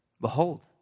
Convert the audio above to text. Behold